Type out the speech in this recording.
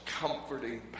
comforting